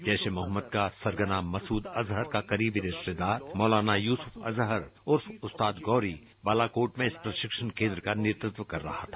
जैश ए मोहम्मद का सरगना मसूद अजहर का करीबी रिश्तेदार मौलाना युसूफ अजहर उर्फ उस्ताद गौरी बालाकोट में इस प्रशिक्षण केंद्र का नेतृत्व कर रहा था